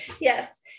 yes